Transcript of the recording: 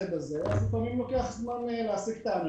לפעמים לוקח זמן להשיג אותם.